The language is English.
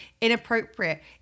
inappropriate